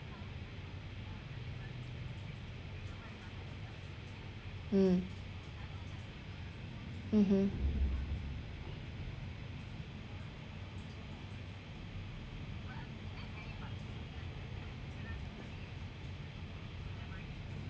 mm mmhmm